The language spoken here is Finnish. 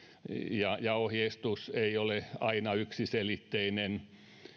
ja ja ohjeistus ei ole aina yksiselitteinen